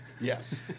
Yes